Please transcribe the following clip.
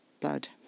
blood